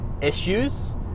issues